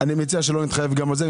אני מציע שלא נתחייב גם על זה.